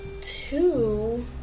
two